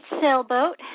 sailboat